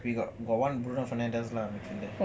we got got one bruno fernandes lah midfielder